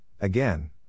again